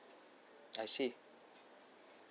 I see